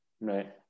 Right